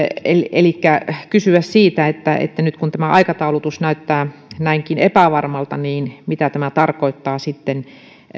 kysyä siitä että että nyt kun tämä aikataulutus näyttää näinkin epävarmalta niin mitä se tarkoittaa sitten